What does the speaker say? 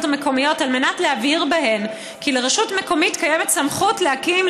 המקומיות כדי להבהיר בהן כי לרשות מקומית יש סמכות להקים,